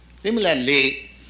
Similarly